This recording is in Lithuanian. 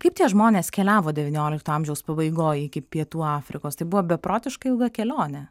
kaip tie žmonės keliavo devyniolikto amžiaus pabaigoj iki pietų afrikos tai buvo beprotiškai ilga kelionė